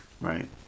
Right